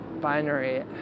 binary